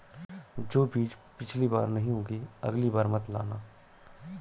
जो बीज पिछली बार नहीं उगे, अगली बार मत लाना